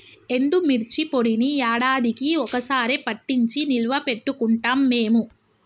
ఎండుమిర్చి పొడిని యాడాదికీ ఒక్క సారె పట్టించి నిల్వ పెట్టుకుంటాం మేము